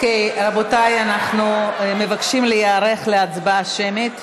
רבותיי, אנחנו מבקשים להיערך להצבעה שמית.